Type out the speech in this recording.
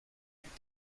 plus